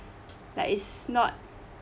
like is not